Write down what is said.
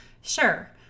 Sure